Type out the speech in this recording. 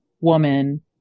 woman